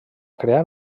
crear